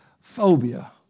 phobia